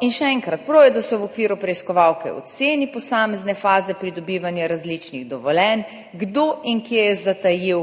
In še enkrat. Prav je, da se v okviru preiskovalke oceni posamezne faze pridobivanja različnih dovoljenj, kdo in kje je zatajil,